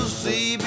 see